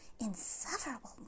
Insufferable